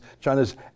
China's